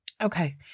Okay